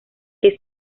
que